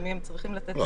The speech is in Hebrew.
למי הם צריכים לתת --- לא,